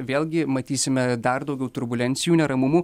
vėlgi matysime dar daugiau turbulencijų neramumų